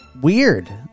weird